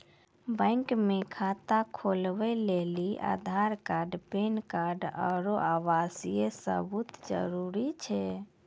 bank मे खाता खोलबै लेली आधार कार्ड पैन कार्ड आरू आवासीय सबूत जरुरी हुवै छै